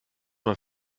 man